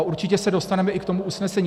Určitě se dostaneme i k tomu usnesení.